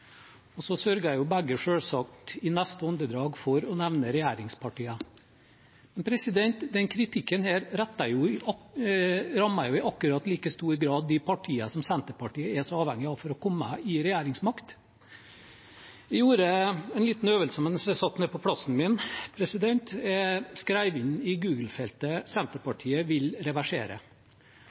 og så sørget begge, selvsagt, i neste åndedrag for å nevne regjeringspartiene. Men denne kritikken rammer jo i akkurat like stor grad de partiene som Senterpartiet er så avhengig av for å komme til regjeringsmakt. Jeg gjorde en liten øvelse mens jeg satt på plassen min. Jeg skrev inn i Google-feltet «Senterpartiet vil reversere»,